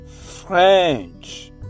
French